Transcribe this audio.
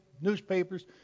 newspapers